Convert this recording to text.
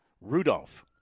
Rudolph